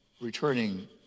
returning